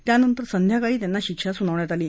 त्यानंतर संध्याकाळी त्यांना शिक्षा स्नावण्यात आली